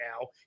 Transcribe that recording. now